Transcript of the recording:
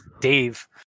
Dave